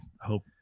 hope